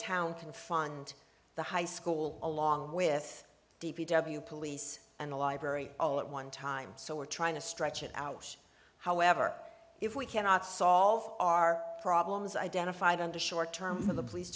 town can fund the high school along with d p w police and a library all at one time so we're trying to stretch it out however if we cannot solve our problems identified under short term of the police